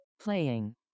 Playing